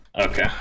Okay